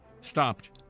stopped